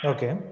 Okay